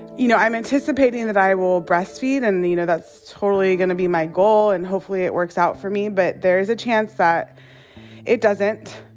you know, i'm anticipating that i will breast-feed and, you know, that's totally gonna be my goal. and hopefully, it works out for me. but there's a chance that it doesn't.